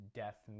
death